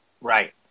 right